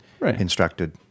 instructed